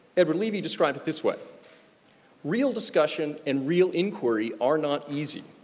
edward levy described it this way real discussion and real inquiry are not easy.